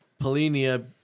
Polinia